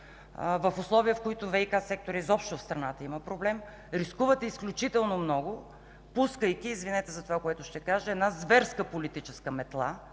в условия, в които ВиК секторът изобщо в страната има проблеми. Рискувате изключително много, пускайки – извинете за това, което ще кажа – една зверска политическа метла,